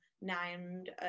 named